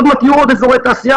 עוד מעט יהיו עוד אזורי תעשייה,